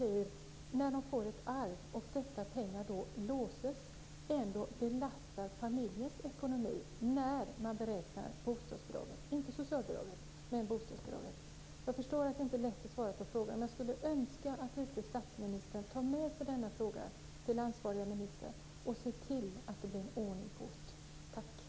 Men när barn får ett arv belastar dessa pengar, trots att de låses, familjens ekonomi vid beräkning av bostadsbidrag - inte socialbidrag. Jag förstår att det inte är lätt att svara på frågan, men jag skulle önska att vice statsministern kunde ta med sig denna fråga till ansvarig minister och se till att det blir ordning på detta.